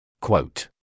Quote